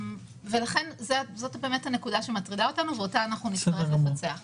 זאת הנקודה שמטרידה אותנו, ונצטרך לפצח אותה.